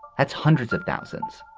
that's hundreds of thousands.